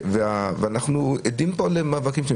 ואנחנו עדים פה למאבקים.